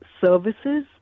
services